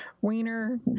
wiener